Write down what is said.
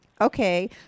Okay